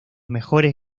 mejores